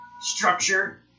structure